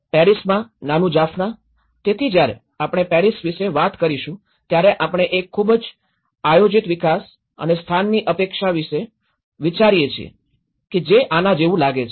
પેરિસમાં નાનું જાફ્ના તેથી જ્યારે આપણે પેરિસ વિશે વાત કરીશું ત્યારે આપણે એક ખૂબ જ આયોજિત વિકાસ અને સ્થાનની અપેક્ષા વિશે વિચારીએ છીએ કે જે આના જેવું લાગે છે